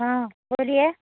हाँ बोलिए